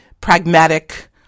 pragmatic